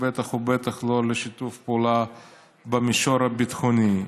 ובטח ובטח שלא לשיתוף הפעולה במישור הביטחוני.